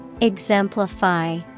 Exemplify